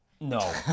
No